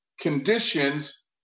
conditions